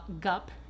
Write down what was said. Gup